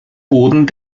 boden